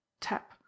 tap